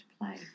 play